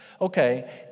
Okay